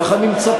כך אני מצפה.